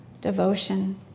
devotion